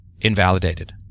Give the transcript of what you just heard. invalidated